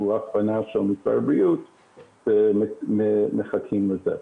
הכוונה של משרד הבריאות ומחכים לזה.